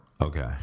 Okay